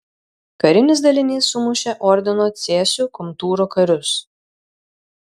karinis dalinys sumušė ordino cėsių komtūro karius